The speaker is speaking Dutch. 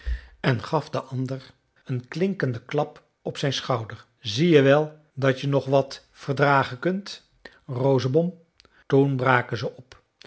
en gaf den ander een klinkenden klap op zijn schouder zie je wel dat je nog wat verdragen kunt rosenbom toen braken ze op